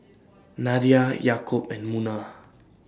Nadia Yaakob and Munah